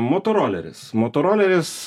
motoroleris motoroleris